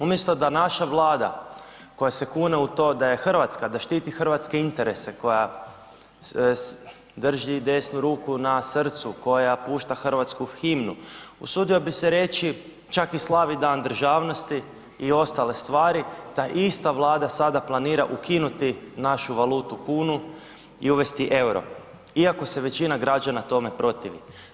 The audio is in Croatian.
Umjesto da naša Vlada koja se kune u to da je Hrvatska, da štiti hrvatske interese, koja drži desnu ruku na srcu, koja pušta hrvatsku himnu, usudio bih se reći čak i slavi Dan državnosti i ostale stvari, ta ista Vlada sada planira ukinuti našu valutu kunu i uvesti euro iako se većina građana tome protivi.